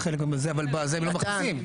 אבל בזה הם לא מכניסים.